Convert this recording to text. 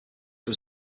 was